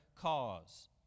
cause